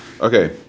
Okay